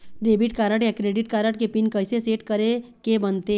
Debit card या credit card के pin कइसे सेट करे के बनते?